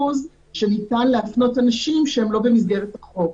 שניתן להפנות אנשים שהם לא במסגרת החוק.